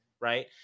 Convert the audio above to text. Right